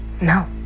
No